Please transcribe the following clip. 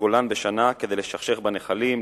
לגולן בשנה כדי לשכשך בנחלים,